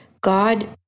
God